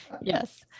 Yes